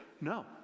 No